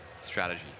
strategy